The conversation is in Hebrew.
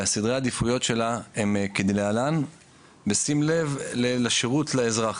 וסדרי העדיפויות שלה הן כדלהלן בשים לב לשירות לאזרח.